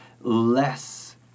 less